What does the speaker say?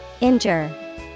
Injure